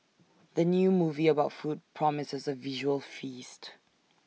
the new movie about food promises A visual feast